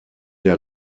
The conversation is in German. der